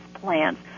plans